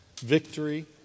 victory